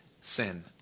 sin